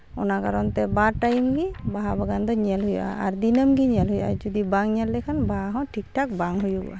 ᱚᱱᱟ ᱠᱟᱨᱚᱱᱛᱮ ᱵᱟᱨ ᱴᱟᱭᱤᱢ ᱜᱮ ᱵᱟᱦᱟ ᱵᱟᱜᱟᱱ ᱫᱚ ᱧᱮᱞ ᱦᱩᱭᱩᱜᱼᱟ ᱟᱨ ᱫᱤᱱᱟᱹᱢ ᱜᱮ ᱧᱮᱞ ᱦᱩᱭᱩᱜᱼᱟ ᱡᱚᱫᱤ ᱵᱟᱝ ᱧᱮᱞ ᱞᱮᱠᱷᱟᱱ ᱵᱟᱦᱟ ᱦᱚᱸ ᱴᱷᱤᱠ ᱴᱷᱟᱠ ᱵᱟᱝ ᱦᱩᱭᱩᱜᱼᱟ